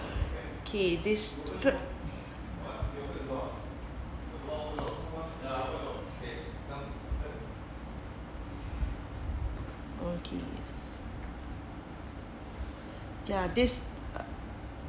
okay this flip ya this uh